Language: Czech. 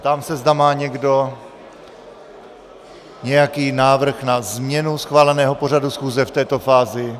Ptám se, zda má někdo nějaký návrh na změnu schváleného pořadu schůze v této fázi.